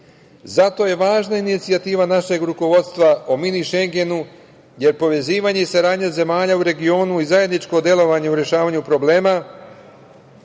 zato je važna inicijativa našeg rukovodstva o Mini Šengenu, jer povezivanje i saradnja zemalja u regionu i zajedničko delovanje u rešavanju problema,